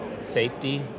safety